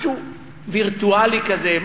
משהו וירטואלי כזה,